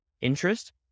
interest